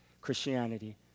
Christianity